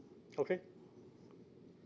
okay